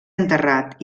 enterrat